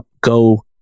Go